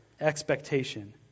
expectation